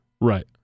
Right